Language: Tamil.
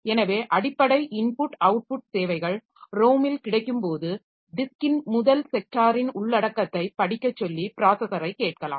எனவே அடிப்படை இன்புட் அவுட்புட் சேவைகள் ROM இல் கிடைக்கும் போது டிஸ்க்கின் முதல் செக்டாரின் உள்ளடக்கத்தைப் படிக்க சொல்லி ப்ராஸஸரை கேட்கலாம்